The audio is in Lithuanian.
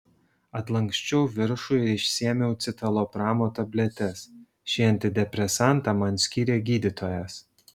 atlanksčiau viršų ir išsiėmiau citalopramo tabletes šį antidepresantą man skyrė gydytojas